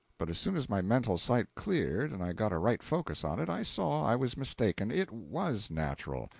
but as soon as my mental sight cleared and i got a right focus on it, i saw i was mistaken it was natural.